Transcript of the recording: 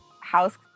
house